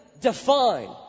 define